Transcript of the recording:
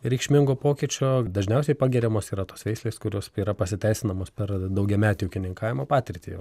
reikšmingo pokyčio dažniausiai pagiriamos yra tos veislės kurios yra pasiteisinamos per daugiametę ūkininkavimo patirtį